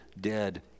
dead